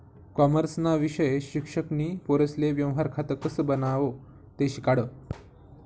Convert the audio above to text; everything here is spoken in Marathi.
कॉमर्सना विषय शिक्षक नी पोरेसले व्यवहार खातं कसं बनावो ते शिकाडं